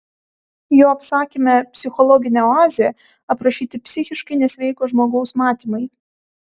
jo apsakyme psichologinė oazė aprašyti psichiškai nesveiko žmogaus matymai